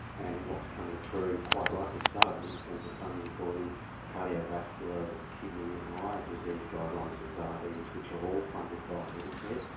and what's coming through, quite rightly so, in terms of funding for the cardiovascular and kidney and eye disease guidelines in diabetes, which are all funded via medicare.